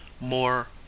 MORE